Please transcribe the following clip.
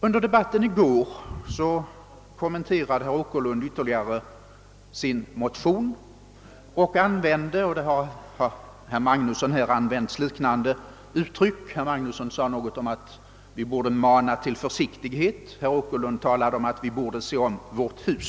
Under debatten i går kommenterade herr Åkerlund ytterligare sin motion och sade, att vi borde se om vårt hus. Herr Magnusson i Borås hade ett liknande uttryck; han sade någonting om att vi borde mana till försiktighet.